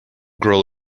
girl